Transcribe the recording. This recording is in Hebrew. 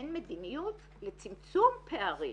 אין מדיניות לצמצום פערים,